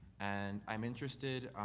and i'm interested,